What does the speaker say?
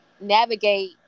navigate